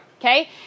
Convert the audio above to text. Okay